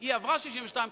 והיא עברה 62,